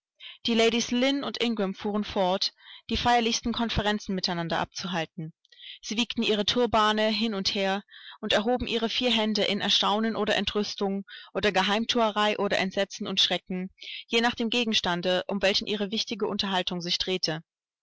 die ladies lynn und ingram fuhren fort die feierlichsten konferenzen miteinander abzuhalten sie wiegten ihre turbane hin und her und erhoben ihre vier hände in erstaunen oder entrüstung oder geheimthuerei oder entsetzen und schrecken je nach dem gegenstande um welchen ihre wichtige unterhaltung sich drehte